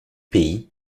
pays